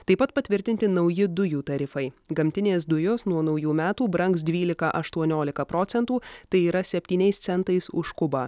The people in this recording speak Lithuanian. taip pat patvirtinti nauji dujų tarifai gamtinės dujos nuo naujų metų brangs dvylika aštuoniolika procentų tai yra septyniais centais už kubą